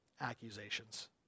accusations